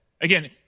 Again